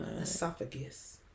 Esophagus